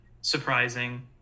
surprising